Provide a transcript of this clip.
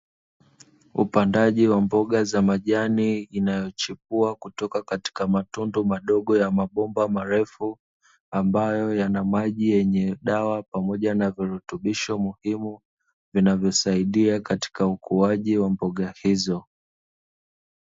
Upandaji wa mboga za majani inayochipua kutoka katika matundu madogo ya mabomba marefu, ambayo yana maji yenye dawa pamoja na virutubisho muhimu vinavyosaidia katika ukuaji wa mboga hizo.